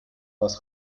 was